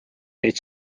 neid